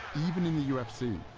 even in the ufc,